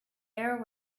air